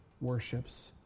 worships